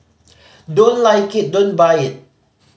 don't like it don't buy it